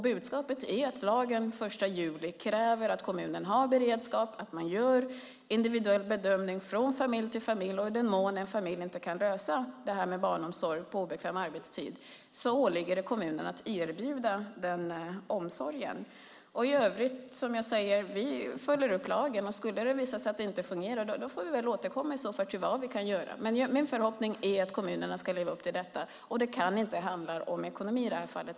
Budskapet är att lagen den 1 juli kräver att kommunen har beredskap, att man gör en individuell bedömning från familj till familj, och i den mån en familj inte kan lösa det här med barnomsorg på obekväm arbetstid åligger det kommunen att erbjuda den omsorgen. I övrigt följer vi upp lagen, som jag säger. Skulle det visa sig att det inte fungerar får vi väl återkomma till vad vi kan göra. Men min förhoppning är att kommunerna ska leva upp till detta. Det kan inte handla om ekonomi i det här fallet.